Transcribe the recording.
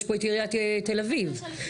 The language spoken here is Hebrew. יש פה את עיריית תל אביב.